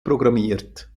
programmiert